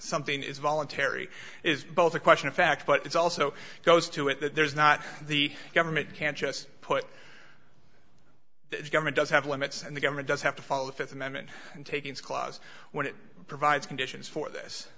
something is voluntary is both a question of fact but this also goes to it there's not the government can't just put the government does have limits and the government does have to follow the th amendment takings clause when it provides conditions for this